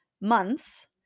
months